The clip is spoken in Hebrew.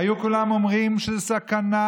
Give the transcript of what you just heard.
היו כולם אומרים שזאת סכנה,